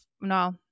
no